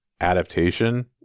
adaptation